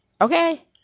okay